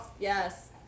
yes